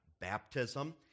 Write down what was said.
baptism